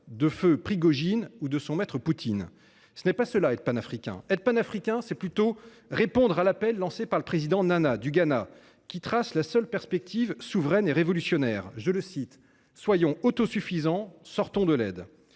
de feu Prigojine ou de son maître Poutine ?… Ce n’est pas cela être panafricain. Être panafricain, c’est plutôt répondre à l’appel lancé par le président Nana du Ghana, qui trace la seule perspective souveraine et révolutionnaire :« Soyons autosuffisants, sortons de l’aide.